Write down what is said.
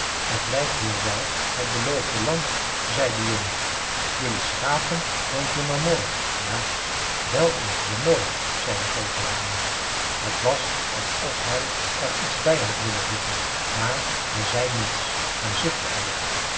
t lijkt hier wel het beloofde land zei de jongen jelui schapen woont hier maar mooi ja wel is t hier mooi zei de groote hamel het was alsof hij er iets bij had willen voegen maar hij zei niets en zuchtte alleen